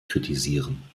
kritisieren